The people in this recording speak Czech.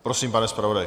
Prosím, pane zpravodaji.